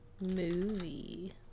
movie